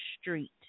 street